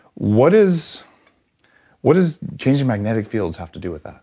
what is what is changing magnetic fields have to do with that?